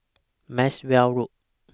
Maxwell Road